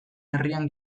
herrian